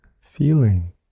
feeling